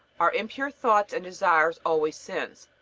are impure thoughts and desires always sins?